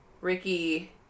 Ricky